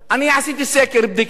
אני עשיתי סקר, בדיקה.